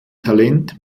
talent